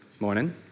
morning